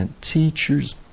teachers